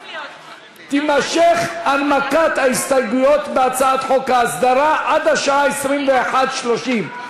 תימשך הנמקת ההסתייגויות בהצעת חוק ההסדרה עד השעה 21:30,